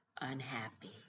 unhappy